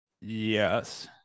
Yes